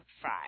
Fry